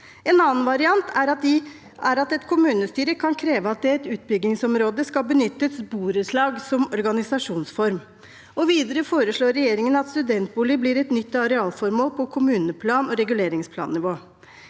En annen variant er at et kommunestyre kan kreve at det i et utbyggingsområde skal benyttes borettslag som organisasjonsform. Videre foreslår regjeringen at studentboliger blir et nytt arealformål på kommuneplan- og reguleringsplannivå.